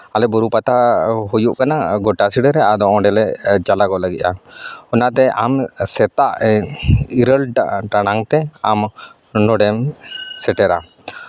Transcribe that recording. ᱟᱞᱮ ᱵᱩᱨᱩ ᱯᱟᱛᱟ ᱦᱩᱭᱩᱜ ᱠᱟᱱᱟ ᱜᱚᱴᱟᱥᱤᱲᱟᱹ ᱨᱮ ᱟᱫᱚ ᱚᱸᱰᱮ ᱞᱮ ᱪᱟᱞᱟᱜ ᱞᱟᱹᱜᱤᱫᱼᱟ ᱚᱱᱟᱛᱮ ᱟᱢ ᱥᱮᱛᱟᱜ ᱤᱨᱟᱹᱞ ᱴᱟᱲᱟᱝ ᱛᱮ ᱟᱢ ᱱᱚᱰᱮᱢ ᱥᱮᱴᱮᱨᱟ